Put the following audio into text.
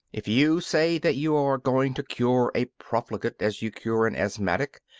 if you say that you are going to cure a profligate as you cure an asthmatic,